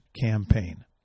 campaign